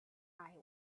eye